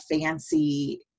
fancy